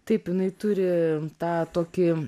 taip jinai turi tą tokį